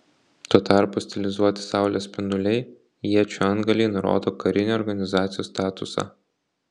tuo tarpu stilizuoti saulės spinduliai iečių antgaliai nurodo karinį organizacijos statusą